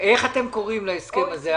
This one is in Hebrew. איך אתם קוראים להסכם הזה?